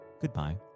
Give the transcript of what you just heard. goodbye